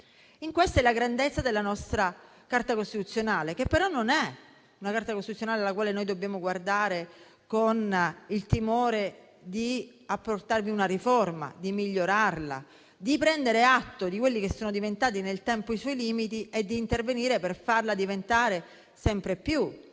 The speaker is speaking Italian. In questo risiede la grandezza della nostra Carta costituzionale, che però non è una Carta alla quale noi dobbiamo guardare con il timore di apportarvi una riforma, di migliorarla, di prendere atto di quelli che sono diventati nel tempo i suoi limiti e di intervenire per farla diventare sempre più